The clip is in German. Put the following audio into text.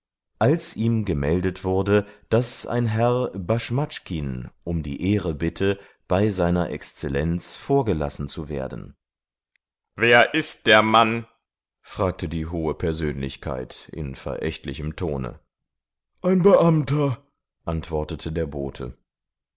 als ihm gemeldet wurde daß ein herr baschmatschkin um die ehre bitte bei seiner exzellenz vorgelassen zu werden wer ist der mann fragte die hohe persönlichkeit in verächtlichem tone ein beamter antwortete der bote